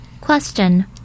Question